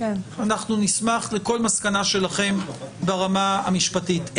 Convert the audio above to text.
אנחנו נשמח לכל מסקנה שלכם ברמה המשפטית.